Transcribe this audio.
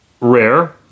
rare